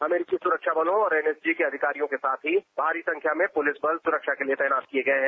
अमेरिकी सुरक्षा बलो और एनएसजी के अधिकारियों के साथ ही भारी संख्या में पुलिस बल सुरक्षा के लिए तैनात किये गये हैं